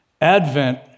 Advent